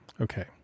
Okay